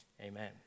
Amen